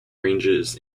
ranges